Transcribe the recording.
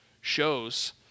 shows